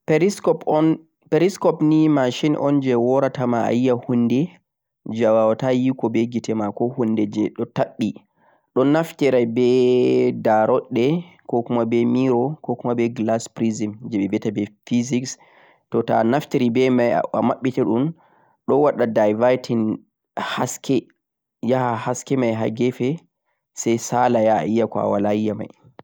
periscope o'n perioscope jee mashin jee woorata ma ayiya hunde jee awaawata hunduko be gite mako ko hunde je tabbi don naftira be daarodde ko kuma be miro ko kuma be glass firzim jee be baata je physics toh taa a naftiri a babbita dhum do wada diverting haske yaaha haske mei haa kefe sai saala yaa awala ayiya mei